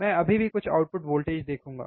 मैं अभी भी कुछ आउटपुट वोल्टेज देखूँगा